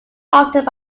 altered